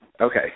Okay